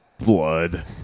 blood